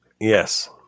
Yes